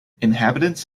inhabitants